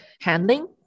handling